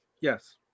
Yes